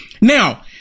now